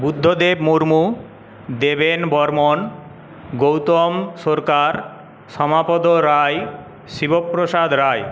Buddhadeb Murmu Deben Barman Gautam Sarkar Samapad Roy Shibprasad Roy